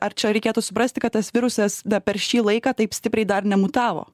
ar čia reikėtų suprasti kad tas virusas per šį laiką taip stipriai dar nemutavo